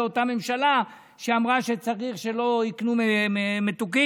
זה אותה ממשלה שאמרה שצריך שלא יקנו מתוקים,